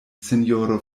sinjoro